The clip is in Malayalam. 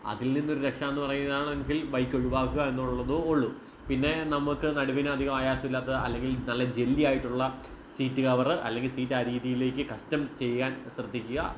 അതിൽ നിന്നൊരു രക്ഷ എന്ന് പറയുകയാണെങ്കിൽ ബൈക്ക് ഒഴിവാക്കുക എന്നുള്ളതേ ഉള്ളൂ പിന്നെ നമുക്ക് നടുവിന് അധികം ആയാസമില്ലാത്ത അല്ലെങ്കിൽ നല്ല ജെല്ലി ആയിട്ടുള്ള സീറ്റ് കവർ അല്ലെങ്കിൽ സീറ്റ് ആ രീതിയിലേക്ക് കസ്റ്റം ചെയ്യാൻ ശ്രദ്ധിക്കുക